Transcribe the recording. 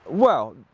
well,